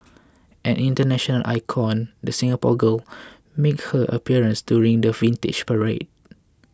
an international icon the Singapore girl makes her appearance during the Vintage Parade